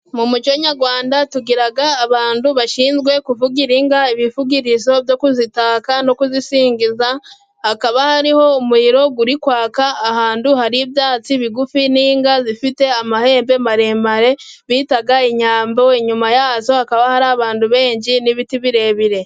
Mu muco nyarwanda tugira abantu bashinzwe kuvugira inka ibivugirizo byo kuzitaka no kuzisingiza. Hakaba hariho umuriro uri kwaka, ahantu hari ibyatsi bigufi n'inka zifite amahembe maremare bitaga inyambo. Inyuma yazo hakaba hari abantu benshi n'ibiti birebire.